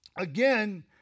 Again